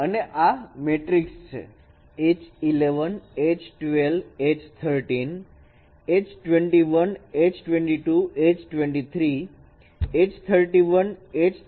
અને આ મેટ્રિક છે